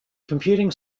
computing